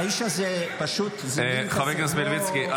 האיש הזה פשוט --- חבר הכנסת מלביצקי,